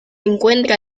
encuentra